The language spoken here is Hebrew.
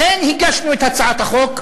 לכן הגשנו את הצעת החוק.